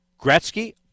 Gretzky